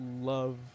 love